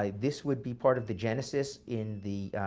ah this would be part of the genesis in the